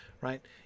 right